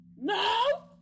no